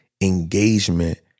engagement